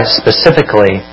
specifically